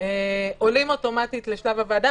עולים אוטומטית לשלב הוועדה,